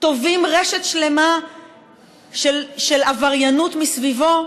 טווים רשת שלמה של עבריינות מסביבו,